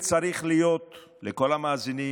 וצריך להיות לכל המאזינים,